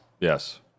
Yes